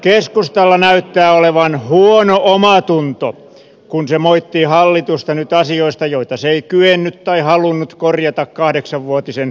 keskustalla näyttää olevan huono omatunto kun se moittii hallitusta nyt asioista joita se ei kyennyt korjaamaan tai ei halunnut korjata kahdeksanvuotisen pääministerikautensa aikana